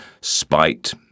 spite